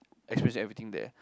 experiencing everything there